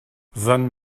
san